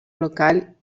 local